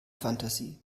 fantasie